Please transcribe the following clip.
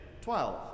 Twelve